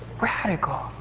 radical